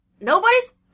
nobody's